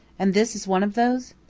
and this is one of those?